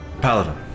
paladin